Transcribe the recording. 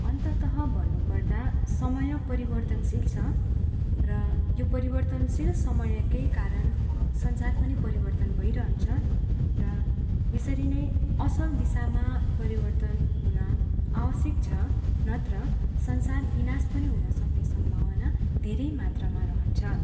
अन्ततः भन्नु पर्दा समय परिवर्तनशील छ र यो परिवर्तनशील समयकै कारण संसार पनि परिवर्तन भइरहन्छ र यसरी नै असल दिशामा परिवर्तन हुन आवश्यक छ नत्र संसार विनाश पनि हुन सक्ने सम्भावना धेरै मात्रामा रहन्छ